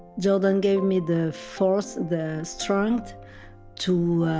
jordan gave me the force, the strength to